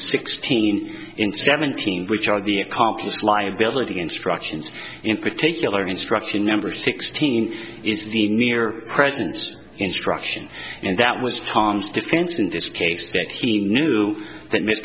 sixteen in seventeen which are the accomplice liability instructions in particular instruction number sixteen is the near presence in struction and that was tom's defense in this case that he knew that m